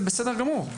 זה בסדר גמור,